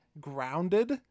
grounded